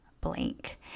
blank